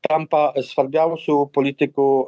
tampa svarbiausiu politiku